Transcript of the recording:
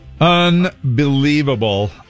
Unbelievable